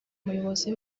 umuyobozi